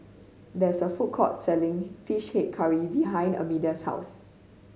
there is a food court selling Fish Head Curry behind Amelia's house